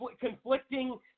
conflicting